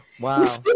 Wow